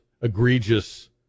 egregious